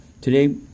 today